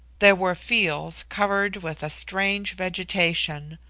there were fields covered with a strange vegetation,